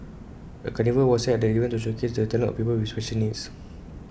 A carnival was held at the event to showcase the talents of people with special needs